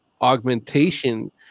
augmentation